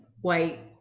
white